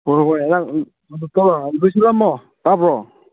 ꯍꯣꯏ ꯍꯣꯏ ꯑꯩꯍꯥꯛ ꯑꯃꯨꯛ ꯇꯧꯔꯛꯑꯒꯦ ꯂꯣꯏꯁꯤꯜꯂꯝꯃꯣ ꯇꯥꯕ꯭ꯔꯣ